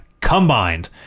combined